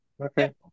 Okay